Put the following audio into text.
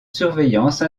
surveillance